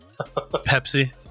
Pepsi